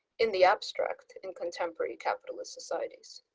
in the abstract in contemporary capitalist societies.